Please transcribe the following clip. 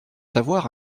savoir